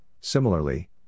similarly